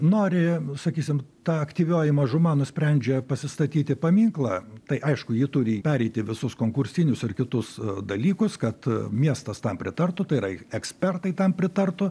nori sakysim ta aktyvioji mažuma nusprendžia pasistatyti paminklą tai aišku ji turi pereiti visus konkursinius ar kitus dalykus kad miestas tam pritartų tai yra ekspertai tam pritartų